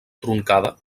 truncada